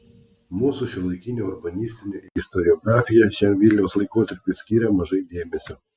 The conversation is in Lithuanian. mūsų šiuolaikinė urbanistinė istoriografija šiam vilniaus laikotarpiui skiria mažai dėmesio